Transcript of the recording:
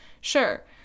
sure